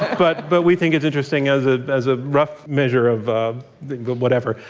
but but we think it's interesting as ah as a rough measure of the whatever.